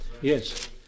yes